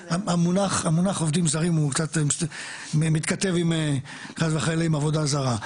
המונח עובדים זרים הוא קצת מתכתב חס וחלילה עם עבודה זרה.